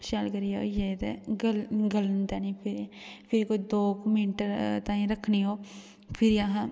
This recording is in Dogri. शैल करियै होई जाये ते गलना फिर कोई दौं क मिन्ट ताहीं रक्खनी असें ते फिर असें